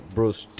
Bruce